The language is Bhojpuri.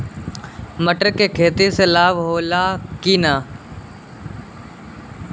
मटर के खेती से लाभ होला कि न?